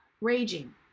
Raging